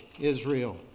Israel